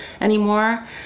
anymore